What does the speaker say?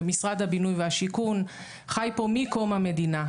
ומשרד הבינוי והשיכון חי פה מקום המדינה,